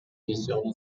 видеону